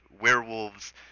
werewolves